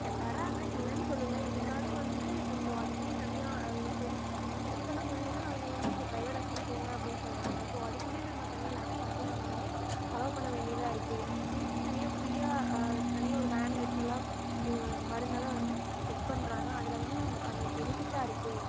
தராங்க இல்லைன்னு சொல்லலை இருந்தாலும் வந்து கொஞ்சம் அதுக்கெனே தனியாக அங்கே சரி அங்கே வந்து சரி பண்ண முடியலனா அவங்க வந்து நீங்கள் பிரைவேட் ஹாஸ்ப்பிட்டல் போங்க அப்படின்னு சொல்கிறாங்க ஸோ அதுக்கெனே நம்ம தனியாக லாக்ஸ் கணக்கில் நம்ம வந்து செலவு பண்ண வேண்டியதாக இருக்குது இதுக்கென்னு தனியாக ஃபிரியாக தனியாக ஒரு வேன் வச்சுலாம் மருந்தெலாம் வந்து செக் பண்ணுறாங்க அதில் வந்து நமக்கு அது பெனிஃபிட்டாக இருக்குது